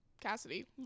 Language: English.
Cassidy